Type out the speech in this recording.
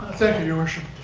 thank you, your worship.